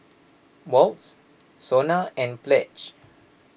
Wall's Sona and Pledge